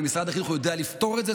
ואם משרד החינוך יודע לפתור את זה,